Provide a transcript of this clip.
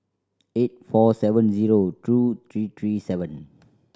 eight four seven zero two three three seven